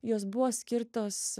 jos buvo skirtos